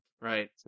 right